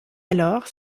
alors